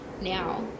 now